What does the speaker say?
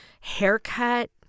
haircut